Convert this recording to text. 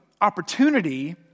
opportunity